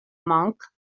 monk